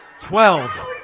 twelve